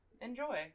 enjoy